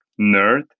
nerd